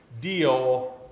deal